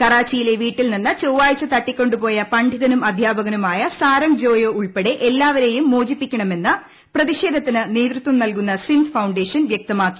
കറാച്ചിയിലെ വീട്ടിൽ നിന്ന് ചൊവ്വാഴ്ച തട്ടിക്കൊണ്ടുപോയ പണ്ഡിതനും അധ്യാപകനുമായ സാരംഗ് ജോയോ ഉൾപ്പെടെ എല്ലാവരെയും മോചിപ്പിക്കണമെന്ന് പ്രതിഷേധത്തിനു നേതൃത്വം നൽകുന്ന സിന്ധ് ഫൌണ്ടേഷൻ വ്യക്തമാക്കി